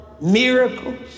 miracles